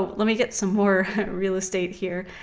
um let me get some more real estate here.